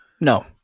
No